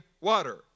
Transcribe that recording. water